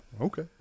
Okay